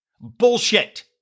Bullshit